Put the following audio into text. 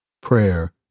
Prayer